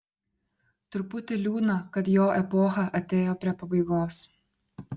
truputį liūdna kad jo epocha atėjo prie pabaigos